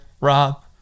Rob